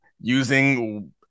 using